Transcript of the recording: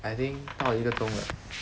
I think 到了一个钟了